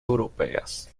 europeas